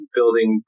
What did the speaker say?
Building